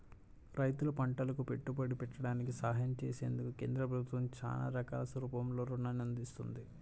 రైతులు పంటలకు పెట్టుబడి పెట్టడానికి సహాయం చేసేందుకు కేంద్ర ప్రభుత్వం చానా రకాల రూపంలో రుణాల్ని అందిత్తంది